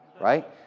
right